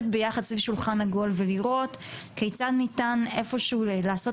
ביחד סביב שולחן עגול ולראות כיצד ניתן איפה שהוא לעשות